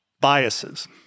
biases